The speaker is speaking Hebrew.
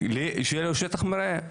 שיהיה לו שטח מרעה.